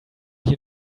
you